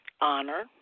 Honor